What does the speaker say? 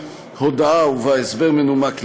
הודעה ובה הסבר מנומק לאי-מינוי,